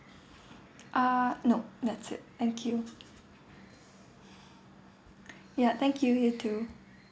uh no that's it thank you ya thank you you too